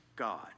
God